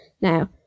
Now